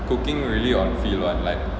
cooking really on feel [one] like